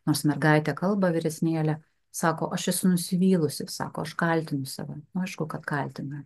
nors mergaitė kalba vyresnėlė sako aš esu nusivylusi sako aš kaltinu save nu aišku kad kaltina